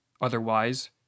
otherwise